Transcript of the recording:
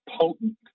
potent